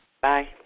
Bye